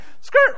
skirt